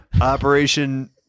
Operation